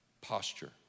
Posture